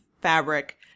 fabric